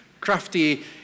Crafty